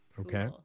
Okay